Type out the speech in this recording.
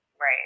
right